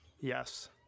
Yes